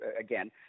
again